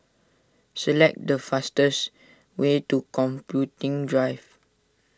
select the fastest way to Computing Drive